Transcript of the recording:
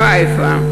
חיפה,